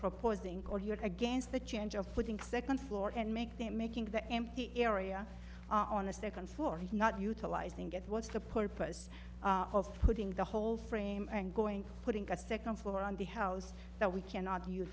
proposing or you're against the change of putting second floor and make them making the empty area on the second floor not utilizing it what's the purpose of putting the whole frame and going putting a second floor on the house that we cannot u